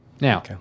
Now